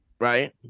right